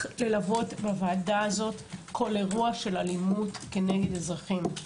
ללוות בוועדה הזאת כל אירוע של אלימות נגד אזרחים.